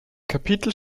kapitel